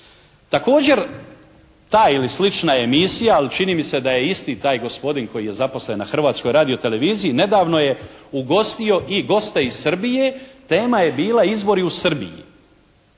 Također ta ili slična emisija, ali čini mi se da je isti taj gospodin koji je zaposlen na Hrvatskoj radioteleviziji, nedavno je ugostio i goste iz Srbije, tema je bila izbori u Srbiji.